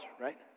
right